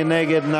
מי נגד?